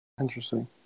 Interesting